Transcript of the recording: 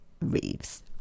Reeves